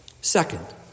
Second